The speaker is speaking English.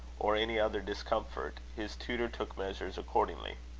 or any other discomfort, his tutor took measures accordingly.